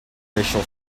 racial